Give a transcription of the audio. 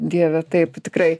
dieve taip tikrai